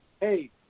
hey